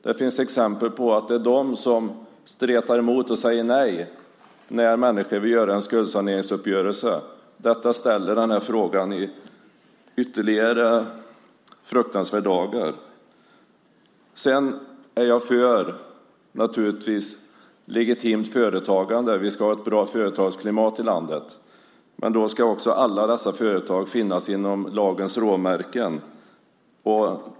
Det finns exempel på att det är de som stretar emot och säger nej när människor vill göra en skuldsaneringsuppgörelse. Detta ställer ytterligare denna fråga i en fruktansvärd dager. Jag är naturligtvis för ett legitimt företagande. Vi ska ha ett bra företagsklimat i landet, men då ska också alla dessa företag hålla sig inom lagens råmärken.